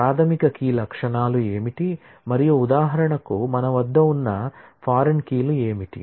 ప్రాధమిక key attributes ఏమిటి మరియు ఉదాహరణకు మన వద్ద ఉన్న ఫారిన్ కీ లు ఏమిటి